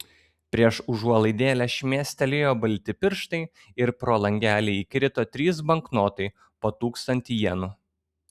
prieš užuolaidėlę šmėkštelėjo balti pirštai ir pro langelį įkrito trys banknotai po tūkstantį jenų